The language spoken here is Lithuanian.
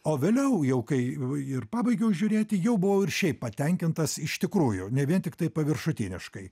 o vėliau jau kai ir pabaigiau žiūrėti jau buvau ir šiaip patenkintas iš tikrųjų ne vien tiktai paviršutiniškai